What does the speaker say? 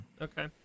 Okay